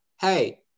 Hey